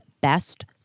BEST